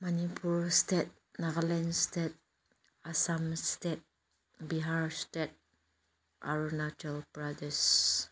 Manipur state Nagaland state Assam state Bihar state Arunachal Pradesh